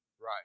Right